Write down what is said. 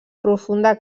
profunda